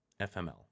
FML